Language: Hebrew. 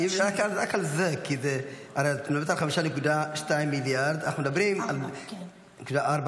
-- רק על זה כי הרי על אותם 5.2 מיליארד -- 5.4 מיליארד.